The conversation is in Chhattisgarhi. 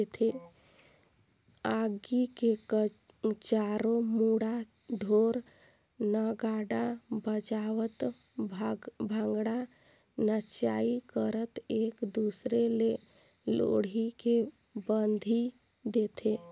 आगी के चारों मुड़ा ढोर नगाड़ा बजावत भांगडा नाचई करत एक दूसर ले लोहड़ी के बधई देथे